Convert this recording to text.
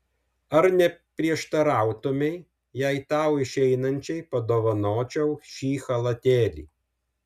ar neprieštarautumei jei tau išeinančiai padovanočiau šį chalatėlį